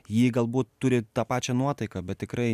ji galbūt turi tą pačią nuotaiką bet tikrai